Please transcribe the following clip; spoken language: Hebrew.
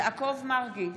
יעקב מרגי,